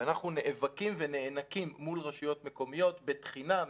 ואנחנו נאבקים ונאנקים מול רשויות מקומיות בתחינה,